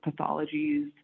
pathologies